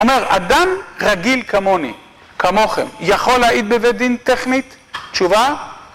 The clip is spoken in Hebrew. אומר, אדם רגיל כמוני, כמוכם, יכול להעיד בבית-דין, טכנית? תשובה?